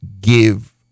give